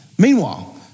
Meanwhile